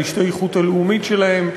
ההשתייכות הלאומית שלהם,